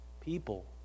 people